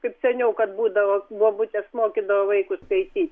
kaip seniau kad būdavo bobutės mokydavo vaikus skaityti